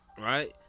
right